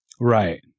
Right